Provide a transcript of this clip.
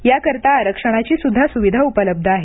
याकरीता आरक्षणाची सुद्धा सुविधा उपलब्ध आहे